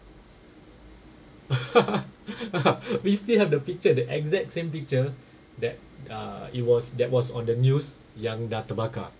we still have the picture the exact same picture that uh it was that was on the news yang dah terbakar